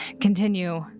Continue